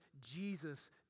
Jesus